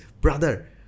brother